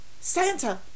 Santa